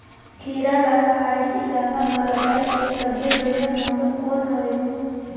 खीरा ला पहाड़ी इलाका मां लगाय के सबले बढ़िया मौसम कोन हवे?